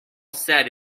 said